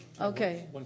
Okay